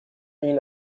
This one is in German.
ihn